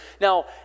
Now